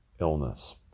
illness